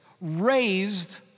Raised